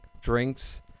drinks